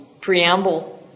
preamble